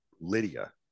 lydia